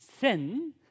sin